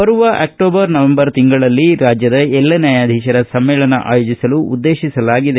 ಬರುವ ಅಕ್ಷೋಬರ ನವೆಂಬರ ತಿಂಗಳಲ್ಲಿ ರಾಜ್ಯದ ಎಲ್ಲ ನ್ಯಾಯಾಧೀಶರ ಸಮ್ಮೇಳನ ಆಯೋಜಿಸಲು ಉದ್ದೇಶಿಸಲಾಗಿದೆ